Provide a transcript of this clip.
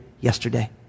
yesterday